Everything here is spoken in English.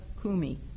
kumi